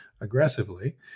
aggressively